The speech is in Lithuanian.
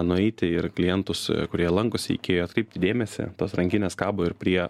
nueiti ir klientus kurie lankosi ikėjoj atkreipti dėmesį tos rankinės kabo ir prie